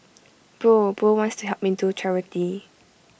bro Bro wants to help me do charity